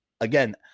again